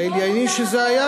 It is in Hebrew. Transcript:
פעיל ימין, אם זה היה?